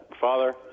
Father